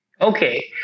Okay